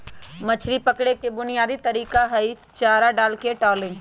मछरी पकड़े के बुनयादी तरीका हई चारा डालके ट्रॉलिंग